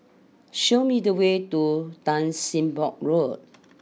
show me the way to Tan Sim Boh Road